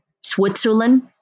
Switzerland